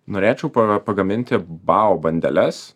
norėčiau paga pagaminti bao bandeles